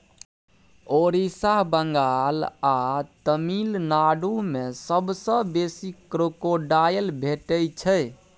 ओड़िसा, बंगाल आ तमिलनाडु मे सबसँ बेसी क्रोकोडायल भेटै छै